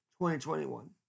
2021